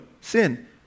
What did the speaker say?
sin